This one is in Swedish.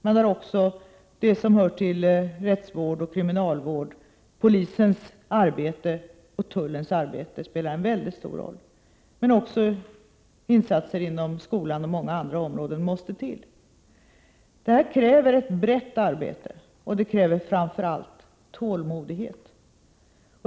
Det arbete som hör under rättsvården och kriminalvården, liksom polisens och tullens arbete, spelar en mycket stor roll. Insatser inom skolan och inom många andra områden måste också till. Detta kräver ett brett upplagt arbete, och det kräver framför allt tålamod.